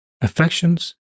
affections